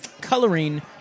coloring